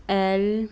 L